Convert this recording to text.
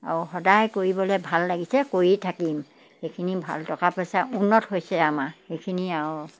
আৰু সদায় কৰিবলৈ ভাল লাগিছে কৰিয়ে থাকিম সেইখিনি ভাল টকা পইচা উন্নত হৈছে আমাৰ সেইখিনি আৰু